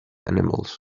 animals